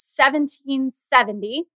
1770